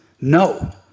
No